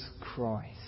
Christ